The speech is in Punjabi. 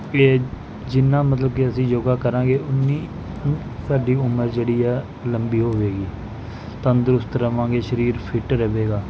ਇਹ ਜਿੰਨਾ ਮਤਲਬ ਕਿ ਅਸੀਂ ਯੋਗਾ ਕਰਾਂਗੇ ਉੰਨੀ ਸਾਡੀ ਉਮਰ ਜਿਹੜੀ ਆ ਲੰਬੀ ਹੋਵੇਗੀ ਤੰਦਰੁਸਤ ਰਹਾਂਗੇ ਸਰੀਰ ਫਿੱਟ ਰਹੇਗਾ